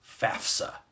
FAFSA